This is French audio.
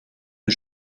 que